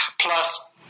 Plus